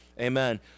amen